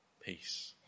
peace